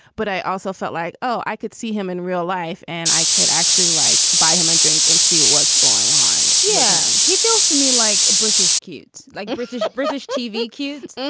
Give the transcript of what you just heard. but i also felt like, oh, i could see him in real life and i could actually, like, buy him a drink and see what's going on yeah, he feels to me like a british cute like british british tv cute. so